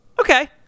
Okay